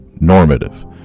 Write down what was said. normative